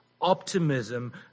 optimism